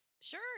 Sure